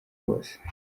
wose